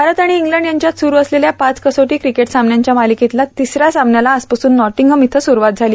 भारत आणि इंग्लंड यांच्यात सुरू असलेल्या पाच कसोटी क्रिकेट सामन्यांच्या मालिकेतील तिसऱ्या सामन्याला आजपासून नॉटिंगहम इथ सुरूवात झाली